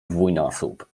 dwójnasób